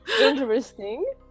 Interesting